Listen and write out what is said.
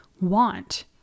want